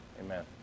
Amen